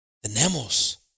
Tenemos